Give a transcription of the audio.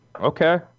Okay